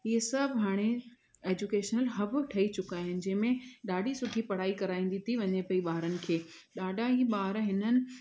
इहे सभु हाणे एजुकेशन हब ठही चुका आहिनि जंहिं में ॾाढी सुठी पढ़ाई कराईंदी थी वञे पेई ॿारनि खे ॾाढा ई ॿार हिननि